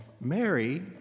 Mary